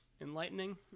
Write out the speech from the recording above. enlightening